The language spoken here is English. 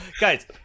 Guys